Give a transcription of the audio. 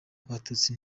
abatutsi